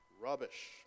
rubbish